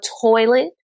toilet